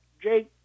Jake